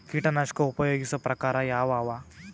ಕೀಟನಾಶಕ ಉಪಯೋಗಿಸೊ ಪ್ರಕಾರ ಯಾವ ಅವ?